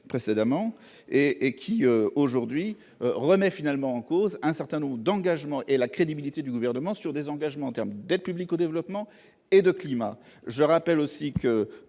précédemment et qui aujourd'hui. René finalement en cause un certain nombre d'engagements et la crédibilité du gouvernement sur des engagements en termes d'aide publique au développement et de climat, je rappelle aussi que